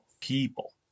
people